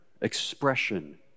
expression